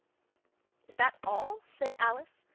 is that all said alice,